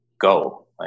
go